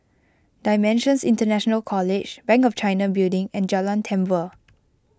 Dimensions International College Bank of China Building and Jalan Tambur